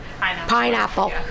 pineapple